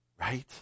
Right